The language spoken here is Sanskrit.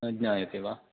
न ज्ञायते वा